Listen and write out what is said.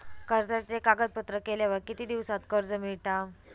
कर्जाचे कागदपत्र केल्यावर किती दिवसात कर्ज मिळता?